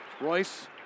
Royce